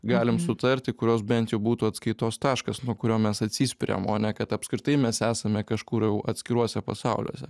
galim sutarti kurios bent jau būtų atskaitos taškas nuo kurio mes atsispiriam o ne kad apskritai mes esame kažkur jau atskiruose pasauliuose